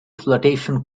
flotation